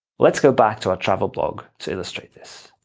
let's go back to our travel blog to illustrate this.